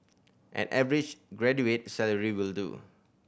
an average graduate's salary will do